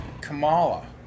Kamala